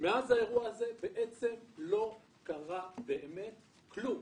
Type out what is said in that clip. מאז האירוע הזה לא קרה בעצם כלום.